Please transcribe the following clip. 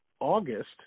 August